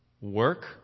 work